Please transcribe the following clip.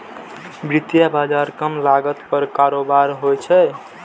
वित्तीय बाजार कम लागत पर कारोबार होइ छै